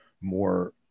more